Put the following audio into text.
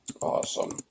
Awesome